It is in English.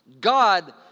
God